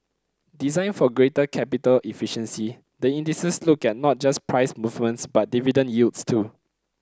designed for greater capital efficiency the indices look at not just price movements but dividend yields too